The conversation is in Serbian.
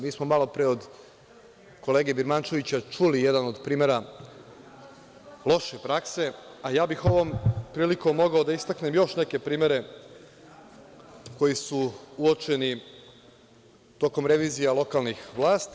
Mi smo malopre od kolege Birmančevića čuli jedan od primera loše prakse, a ja bih ovom prilikom mogao da istaknem još neke primere koji su uočeni tokom revizija lokalnih vlasti.